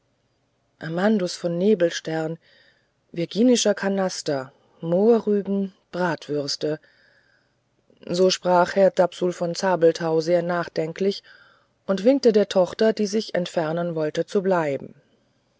amandus von nebelstern virginischer kanaster mohrrüben bratwürste so sprach herr dapsul von zabelthau sehr nachdenklich und winkte der tochter die sich entfernen wollte zu bleiben